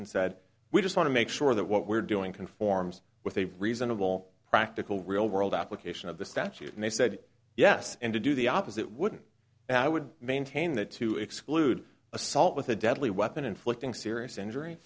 and said we just want to make sure that what we're doing conforms with a reasonable practical real world application of the statute and they said yes and to do the opposite wouldn't that would maintain that to exclude assault with a deadly weapon inflicting serious injury